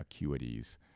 acuities